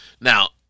Now